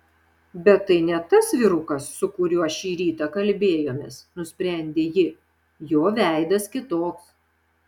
bet tai ne tas vyrukas su kuriuo šį rytą kalbėjomės nusprendė ji jo veidas kitoks